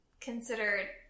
considered